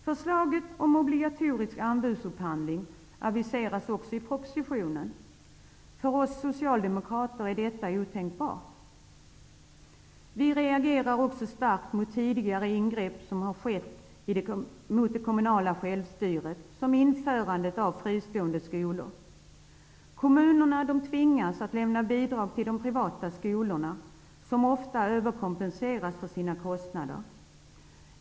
I propositionen aviseras också ett förslag om obligatorisk anbudsupphandling. För oss socialdemokrater är detta otänkbart. Vi reagerar också starkt mot tidigare ingrepp som har skett mot det kommunala självstyret, som t.ex. införandet av fristående skolor. Kommunerna tvingas att lämna bidrag till de privata skolorna, som ofta överkompenseras för sina kostnader.